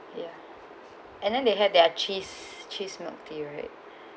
ya and then they have their cheese cheese milk tea right